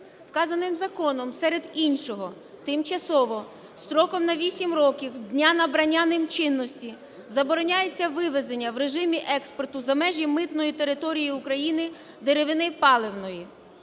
Вказаним законом серед іншого тимчасово строком на 8 років з дня набрання ним чинності забороняється вивезення в режимі експорту за межі митної території України деревини паливної.